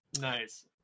Nice